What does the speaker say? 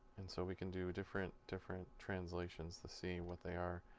and so we can do different different translations to see what their